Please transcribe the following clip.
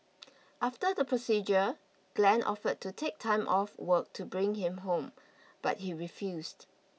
after the procedure Glen offered to take time off work to bring him home but he refused